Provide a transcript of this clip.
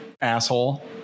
asshole